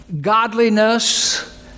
godliness